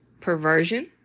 perversion